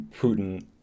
Putin